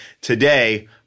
today